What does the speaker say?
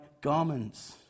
garments